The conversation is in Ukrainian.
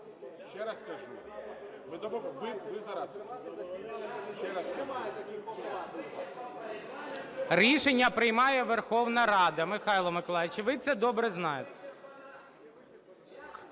Рішення приймає Верховна Рада. Михайло Миколайович, і ви, це добре знаєте.